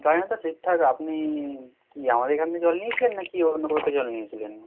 জানি না তো ঠিকঠাক আপনি কি আমার এখান থেকে জল নিয়েছিলেন না কি অন্য কোথাও থেকে জল নিয়েছিলেন